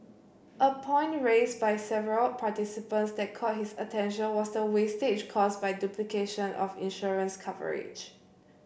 a point raised by several participants that caught his attention was the wastage caused by duplication of insurance coverage